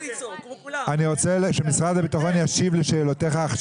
אני רוצה שמשרד הביטחון ישיב עכשיו לשאלותיך.